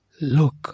look